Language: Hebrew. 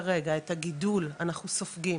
כרגע את הגידול אנחנו סופגים,